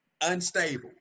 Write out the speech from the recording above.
unstable